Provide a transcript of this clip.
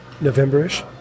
November-ish